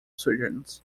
surgeons